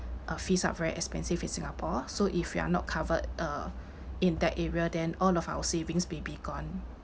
uh fees are very expensive in singapore so if we are not covered uh in that area then all of our savings may be gone